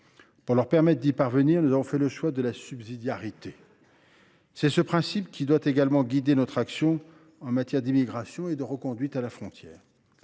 Pour leur permettre d’y parvenir, nous avons fait le choix de la subsidiarité. C’est ce principe qui doit également guider notre action en matière d’immigration et de reconduites aux frontières.